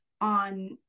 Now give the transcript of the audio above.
on